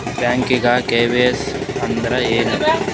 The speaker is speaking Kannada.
ಬ್ಯಾಂಕ್ದಾಗ ಕೆ.ವೈ.ಸಿ ಹಂಗ್ ಅಂದ್ರೆ ಏನ್ರೀ?